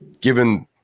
given